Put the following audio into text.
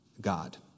God